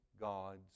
God's